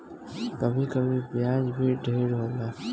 कभी कभी ब्याज भी ढेर होला